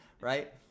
right